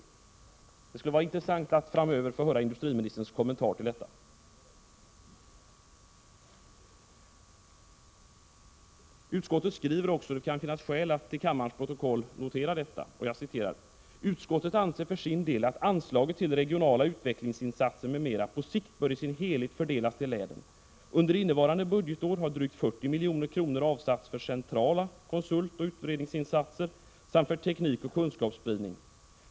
Det skulle vara intressant att framöver få höra industriministerns kommentar till detta. Utskottet skriver också — det kan finnas skäl att till kammarens protokoll notera detta: ”Utskottet anser för sin del att anslaget till regionala utvecklingsinsatser m.m. på sikt bör i sin helhet fördelas till länen. Under innevarande budgetår har drygt 40 milj.kr. avsatts för centrala konsultoch utredningsinsatser samt för teknikoch kunskapsspridning.